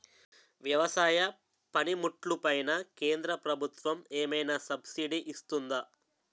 వ్యవసాయ పనిముట్లు పైన కేంద్రప్రభుత్వం ఏమైనా సబ్సిడీ ఇస్తుందా?